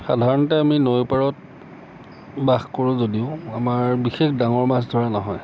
সাধাৰণতে আমি নৈ পাৰত বাস কৰোঁ যদিও আমাৰ বিশেষ ডাঙৰ মাছ ধৰা নহয়